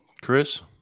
Chris